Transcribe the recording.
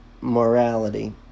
morality